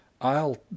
I'll